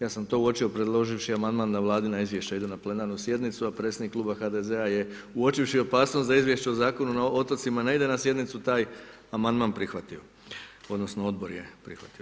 Ja sam to uočio predloživši amandman da vladina izvješća idu na plenarnu sjednicu, a predsjednik klub HDZ-a je uočivši opasnost za Izvješće o Zakonu o otocima ne ide na sjednicu taj amandman prihvatio odnosno odbor je prihvatio.